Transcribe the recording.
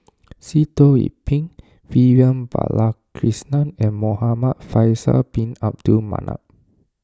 Sitoh Yih Pin Vivian Balakrishnan and Muhamad Faisal Bin Abdul Manap